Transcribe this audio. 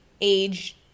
age